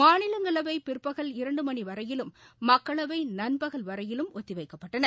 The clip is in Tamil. மாநிலங்களவை பிற்பகல் இரண்டு மணி வளரயிலும் மக்களவை நண்பகல் வரையிலும் ஒத்திவைக்கப்பட்டன